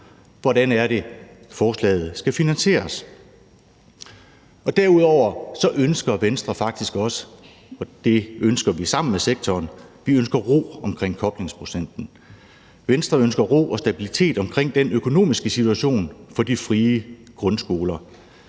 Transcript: Hvordan er det, forslaget skal finansieres? Derudover ønsker Venstre faktisk også – og det ønsker vi sammen med sektoren – ro omkring koblingsprocenten. Venstre ønsker ro og stabilitet omkring den økonomiske situation for de frie grundskoler.